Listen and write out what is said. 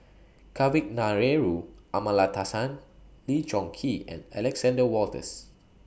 Kavignareru Amallathasan Lee Choon Kee and Alexander Wolters